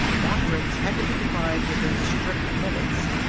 doctrines had to be defined within strict limits,